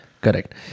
Correct